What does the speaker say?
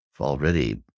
already